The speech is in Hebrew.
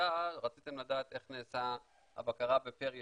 רציתם לדעת איך נעשתה הבקרה בפר יישוב,